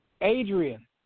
Adrian